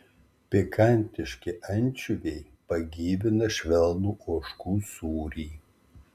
pikantiški ančiuviai pagyvina švelnų ožkų sūrį